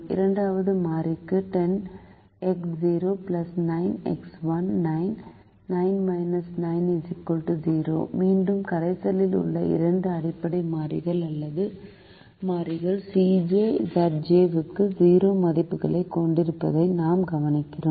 இரண்டாவது மாறிக்கு 9 9 9 0 மீண்டும் கரைசலில் உள்ள இரண்டு அடிப்படை மாறிகள் அல்லது மாறிகள் Cj Zj க்கு 0 மதிப்புகளைக் கொண்டிருப்பதை நாம் கவனிக்கிறோம்